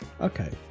okay